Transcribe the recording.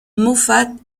moffat